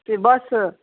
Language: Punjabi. ਅਤੇ ਬਸ